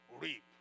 reap